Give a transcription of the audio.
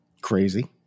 Crazy